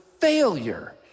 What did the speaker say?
failure